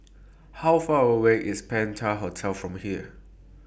How Far away IS Penta Hotel from here